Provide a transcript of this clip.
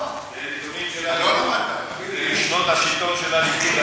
זה נתונים של הליכוד, זה משנות השלטון של הליכוד.